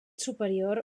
superior